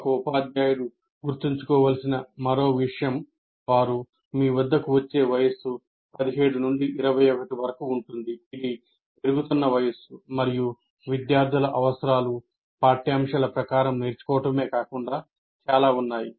ఒక ఉపాధ్యాయుడు గుర్తుంచుకోవలసిన మరో విషయం వారు మీ వద్దకు వచ్చే వయస్సు 17 నుండి 21 వరకు ఉంటుంది ఇది పెరుగుతున్న వయస్సు మరియు విద్యార్థుల అవసరాలు పాఠ్యాంశాల ప్రకారం నేర్చుకోవడమే కాకుండా చాలా ఉన్నాయి